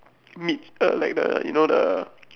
meat err like the you know the